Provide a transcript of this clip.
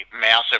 massive